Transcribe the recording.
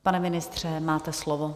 Pane ministře, máte slovo.